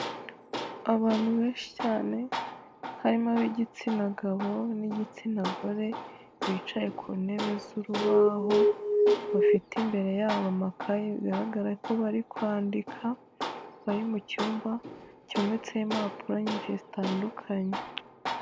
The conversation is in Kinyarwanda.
Abantu benshi cyane harimo ab'igitsina gabo n'igitsina gore bicaye ku ntebe z'urubaho bafite imbere yabo amakaye bigaragara ko bari kwandika, bari mu cyumba cyometseho impapuro nyinshi zitandukanye.